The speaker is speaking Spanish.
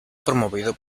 promovido